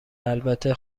البته